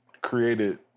created